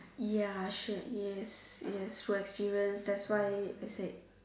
ya yes yes through experience that's why I said